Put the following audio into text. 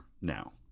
now